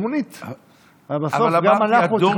הרי בסוף גם אנחנו,